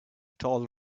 tall